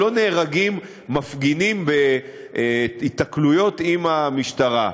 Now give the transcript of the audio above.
ולא נהרגים מפגינים בהיתקלויות עם המשטרה.